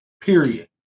period